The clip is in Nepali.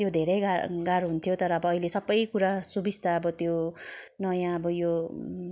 त्यो धेरै गा गाह्रो हुन्थ्यो तर अब अहिले सबै कुरा सुविस्ता अब त्यो नयाँ अब यो